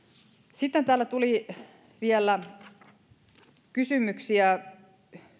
sitten täällä tuli vielä kysymyksiä